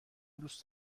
دوست